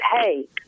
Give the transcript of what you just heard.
hey